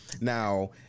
Now